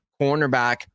cornerback